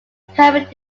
permit